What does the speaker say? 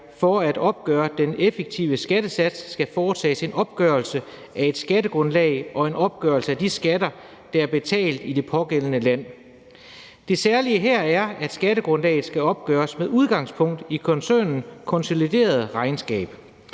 for at opgøre den effektive skattesats skal foretages en opgørelse af et skattegrundlag og en opgørelse af de skatter, der er betalt i det pågældende land. Det særlige her er, at skattegrundlaget skal opgøres med udgangspunkt i koncernens konsoliderede regnskab.